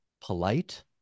polite